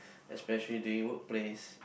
especially during work place